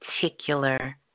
particular